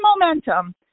momentum